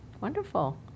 Wonderful